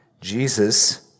Jesus